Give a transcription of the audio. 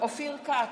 אופיר כץ,